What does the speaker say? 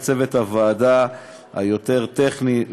לצוות הוועדה היותר-טכני,